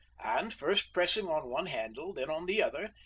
and, first pressing on one handle, then on the other,